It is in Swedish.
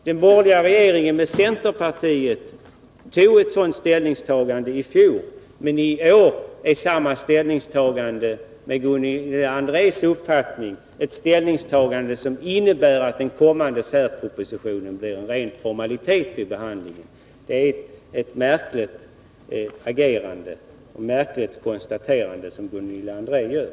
Men i år innebär samma ställningstagande enligt Gunilla Andrés uppfattning att den kommande särpropositionen blir en ren formalitet. Det är ett märkligt konstaterande som Gunilla André gör.